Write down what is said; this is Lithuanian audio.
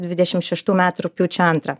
dvidešim šeštų metų rugpjūčio antrą